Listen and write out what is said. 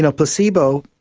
ah placebo,